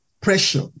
pressure